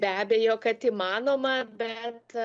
be abejo kad įmanoma bet